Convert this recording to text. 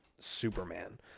superman